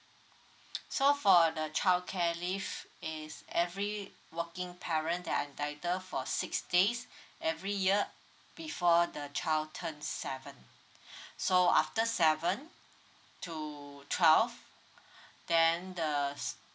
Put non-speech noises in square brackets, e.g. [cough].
[noise] so for the childcare leave is every working parent that entitled for six days every year before the child turned seven [breath] so after seven to twelve [breath] then the